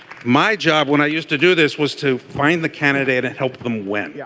my job when i used to do this was to find the candidate and help them win. yeah